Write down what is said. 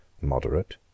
moderate